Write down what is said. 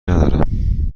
ندارم